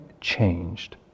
changed